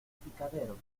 picadero